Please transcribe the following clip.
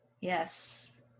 Yes